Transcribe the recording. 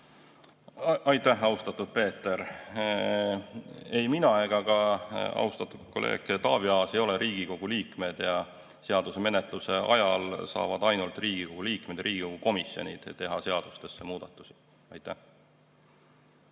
Aitäh, austatud Peeter! Ei mina ega ka austatud kolleeg Taavi Aas ei ole Riigikogu liikmed. Seaduse menetluse ajal saavad ainult Riigikogu liikmed ja Riigikogu komisjonid seadustes muudatusi teha.